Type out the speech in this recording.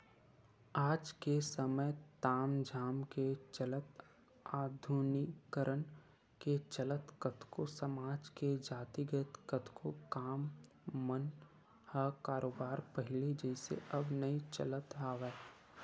आज के समे ताम झाम के चलत आधुनिकीकरन के चलत कतको समाज के जातिगत कतको काम मन ह बरोबर पहिली जइसे अब नइ चलत हवय